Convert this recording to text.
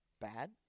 bad